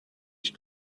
ich